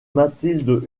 mathilde